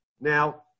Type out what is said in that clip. Now